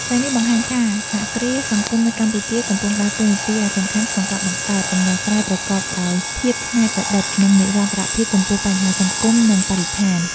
ទាំងនេះបង្ហាញថា សហគ្រាសសង្គមនៅកម្ពុជាកំពុងដើរតួនាទីយ៉ាងសំខាន់ក្នុងការបង្កើតដំណោះស្រាយប្រកបដោយភាពច្នៃប្រឌិត និងនិរន្តរភាពចំពោះបញ្ហាសង្គម និងបរិស្ថាន ។